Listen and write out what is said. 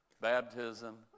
baptism